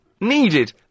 needed